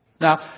Now